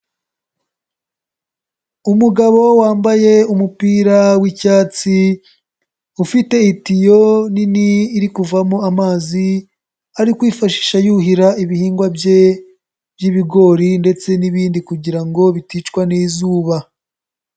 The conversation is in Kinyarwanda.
Umugabo wambaye umupira w'icyatsi, ufite itiyo nini iri kuvamo amazi ari kwifashisha yuhira ibihingwa bye by'ibigori ndetse n'ibindi kugira ngo biticwa n'izuba.